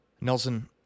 Nelson